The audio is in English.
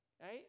right